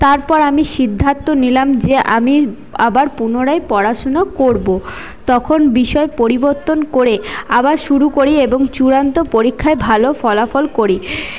তারপর আমি সিদ্ধান্ত নিলাম যে আমি আবার পুনরায় পড়াশোনা করবো তখন বিষয় পরিবর্তন করে আবার শুরু করি এবং চূড়ান্ত পরীক্ষায় ভালো ফলাফল করি